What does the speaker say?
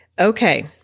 Okay